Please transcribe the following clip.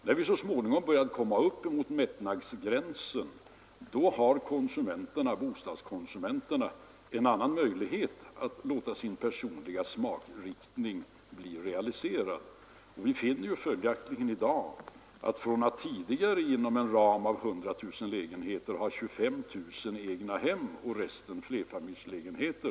När vi så småningom började komma upp mot mättnadsgränsen fick bostadskonsumenterna större möjligheter att låta sin personliga smakriktning bli tillgodosedd. Av 100 000 lägenheter hade vi tidigare 25 000 egnahem och resten lägenheter i flerfamiljshus.